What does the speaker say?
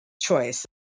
choice